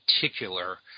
particular